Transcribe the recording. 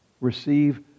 receive